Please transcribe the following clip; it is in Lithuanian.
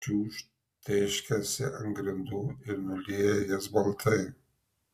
čiūžt tėškiasi ant grindų ir nulieja jas baltai